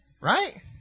Right